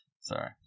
Sorry